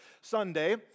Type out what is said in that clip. Sunday